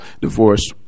divorce